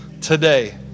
today